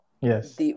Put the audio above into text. Yes